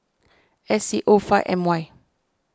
S C O five M Y